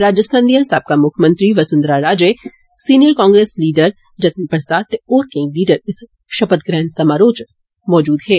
राजस्थान दियां साबका मुक्खमंत्री वसुन्धरा राजे सीनियर कॉग्रेस लीडर जतिन प्रसाद ते होर केई लीडर च षपथ समारोह च मौजूद हे